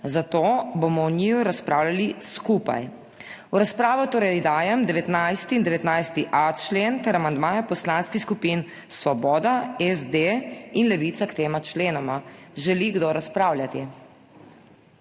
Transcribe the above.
zato bomo o njiju razpravljali skupaj. V razpravo torej dajem 19. in 19.a člen ter amandmaja poslanskih skupin Svoboda, SD in Levica k tema členoma. Želi kdo razpravljati?